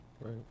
Right